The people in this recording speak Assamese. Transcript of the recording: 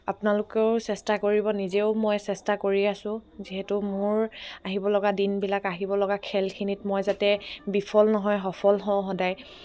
আপোনালোকেও চেষ্টা কৰিব নিজেও মই চেষ্টা কৰি আছোঁ যিহেতু মোৰ আহিব লগা দিনবিলাক আহিব লগা খেলখিনিত মই যাতে বিফল নহয় সফল হওঁ সদায়